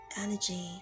energy